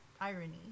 irony